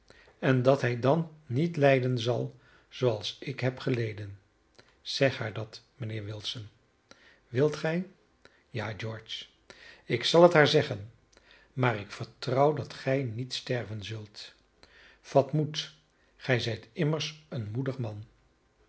en dat hij dan niet lijden zal zooals ik heb geleden zeg haar dat mijnheer wilson wilt gij ja george ik zal het haar zeggen maar ik vertrouw dat gij niet sterven zult vat moed gij zijt immers een moedig man